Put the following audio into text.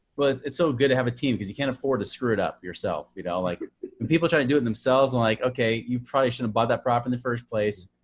well, it's so good to have a team because you can't afford to screw it up yourself. you know like when people try and do it themselves, i'm like, okay, you probably should have bought that property in the first place.